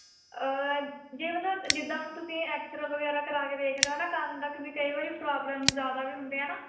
ਜੇ ਮਤਲਬ ਜਿੱਦਾਂ ਹੁਣ ਤੁਸੀਂ ਐਕਸਰਾਅ ਵਗੈਰਾ ਕਰਾ ਕੇ ਵੇਖ ਲਿਓ ਹਨਾ ਕੰਨ ਤੱਕ ਵੀ ਕਈ ਵਾਰੀ ਪ੍ਰੋਬਲਮ ਜ਼ਿਆਦਾ ਵੀ ਹੁੰਦੇ ਆ ਨਾ